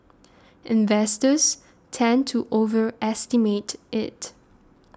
investors tend to overestimate it